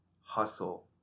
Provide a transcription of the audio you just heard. hustle